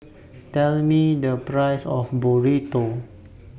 Tell Me The Price of Burrito